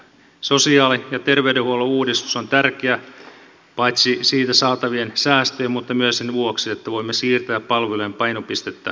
sosiaali ja terveydenhuollon uudistus on tärkeä paitsi siitä saatavien säästöjen vuoksi myös sen vuoksi että voimme siirtää palvelujen painopistettä ennaltaehkäisyyn